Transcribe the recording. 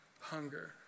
hunger